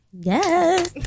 Yes